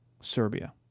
Serbia